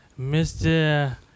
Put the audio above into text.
Mr